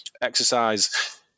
Exercise